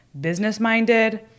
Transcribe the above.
business-minded